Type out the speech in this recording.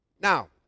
Now